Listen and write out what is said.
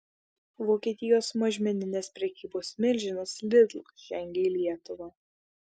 vokietijos mažmeninės prekybos milžinas lidl žengia į lietuvą